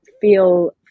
feel